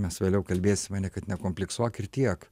mes vėliau kalbėsime ar ne kad nekompleksuokit tiek